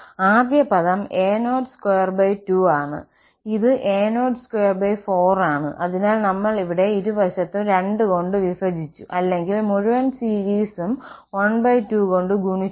ആദ്യ പദം a022ആണ് ഇത് a024 ആണ് അതിനാൽ നമ്മൾ ഇവിടെ ഇരുവശത്തും 2 കൊണ്ട് വിഭജിച്ചു അല്ലെങ്കിൽ മുഴുവൻ സീരിസും 12 കൊണ്ട് ഗുണിച്ചു